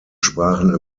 sprachen